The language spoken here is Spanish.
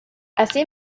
así